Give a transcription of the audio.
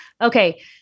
Okay